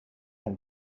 can